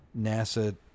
NASA